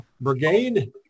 brigade